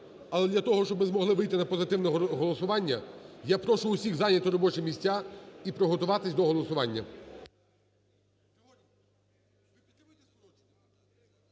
але для того, щоб ми змогли вийти на позитивне голосування, я прошу усіх зайняти робочі місця і приготуватися до голосування.